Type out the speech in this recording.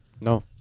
No